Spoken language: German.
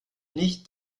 nicht